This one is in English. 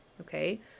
okay